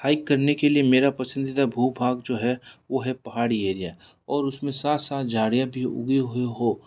hike करने के लिए मेरा पसंदिता भू भाग जो है वो है पहाड़ी एरिया और उसमे साथ साथ झाड़ियाँ भी उगी हुई हो